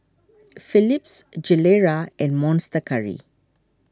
Philips Gilera and Monster Curry